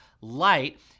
light